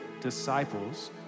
disciples